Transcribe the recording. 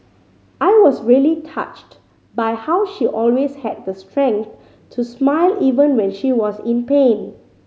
I was really touched by how she always had the strength to smile even when she was in pain